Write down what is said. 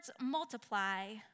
multiply